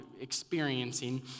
experiencing